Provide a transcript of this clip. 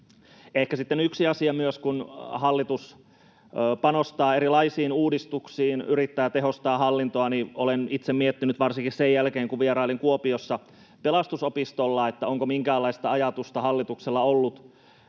Ehkä sitten yksi asia on myös se, että kun hallitus panostaa erilaisiin uudistuksiin ja yrittää tehostaa hallintoa, niin olen itse miettinyt varsinkin sen jälkeen, kun vierailin Kuopiossa Pelastusopistolla, onko hallituksella ollut minkäänlaista